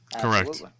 Correct